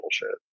bullshit